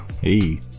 Hey